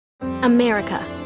America